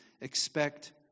expect